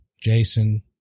Jason